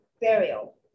burial